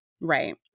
Right